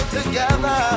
together